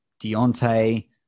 Deontay